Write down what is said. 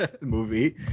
movie